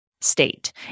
state